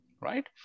right